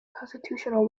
constitutional